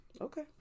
Okay